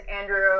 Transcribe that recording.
andrew